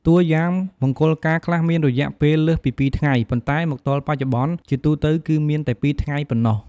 តួយ៉ាង មង្គលការខ្លះមានរយៈពេលលើសពីពីរថ្ងៃ ប៉ុន្តែមកទល់បច្ចុប្បន្ន ជាទូទៅគឺមានតែពីរថ្ងៃប៉ុណ្ណោះ។